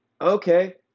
Okay